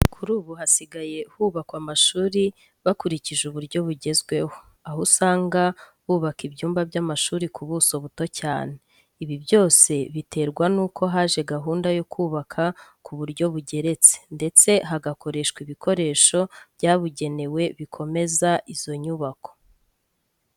Kuri ubu hasigaye hubakwa amashuri bakurikije uburyo bugezweho, aho usanga bubaka ibyumba by'amashuri ku buso buto cyane. Ibi byose biterwa nuko haje gahunda yo kubaka ku buryo bugeretse ndetse hagakoreshwa ibikoresho byabugenewe bikomeza izo nyubako.